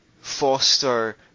foster